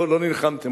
לא נלחמתם,